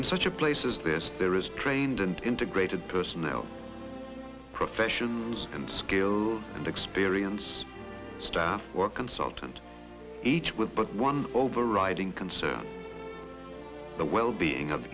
in such a place as this there is trained and integrated personnel professions and skill and experience staff or consultant each with but one overriding concern the well being of